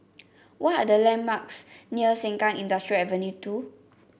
what are the landmarks near Sengkang Industrial Avenue two